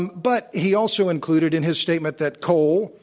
um but he also included in his statement that coal,